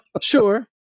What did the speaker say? Sure